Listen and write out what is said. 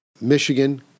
Michigan